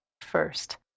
first